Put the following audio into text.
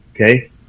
okay